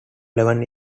eleven